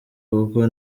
kuko